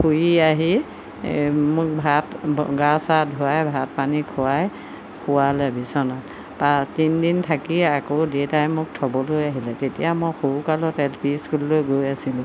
ফুৰি আহি মোক ভাত গা চা ধুৱাই ভাত পানী খুৱাই শুৱালে বিছনাত তিনিদিন থাকি আকৌ দেউতাই মোক থ'বলৈ আহিলে তেতিয়া মই সৰুকালত এল পি স্কুললৈ গৈ আছিলোঁ